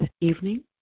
evening